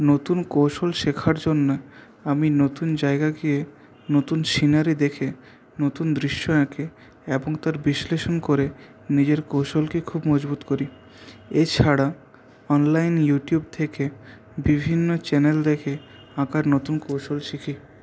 নতুন কৌশল শেখার জন্য আমি নতুন জায়গায় গিয়ে নতুন সিনারি দেখে নতুন দৃশ্য এঁকে এখনকার বিশ্লেষণ করে নিজের কৌশলকে খুব মজবুত করি এছাড়া অনলাইন ইউটিউব থেকে বিভিন্ন চ্যানেল দেখে আঁকার নতুন কৌশল শিখি